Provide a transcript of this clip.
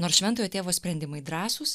nors šventojo tėvo sprendimai drąsūs